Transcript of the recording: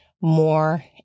more